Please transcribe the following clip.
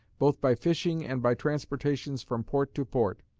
both by fishing and by transportations from port to port,